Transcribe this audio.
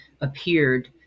appeared